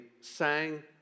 sang